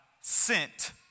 sent